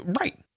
right